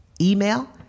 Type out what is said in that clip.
email